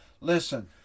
Listen